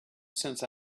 since